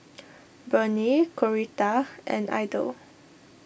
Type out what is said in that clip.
Burney Coretta and Idell